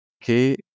Que